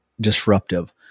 disruptive